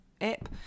App